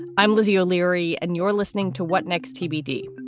i'm lizzie o'leary and you're listening to what next, tbd,